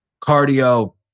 cardio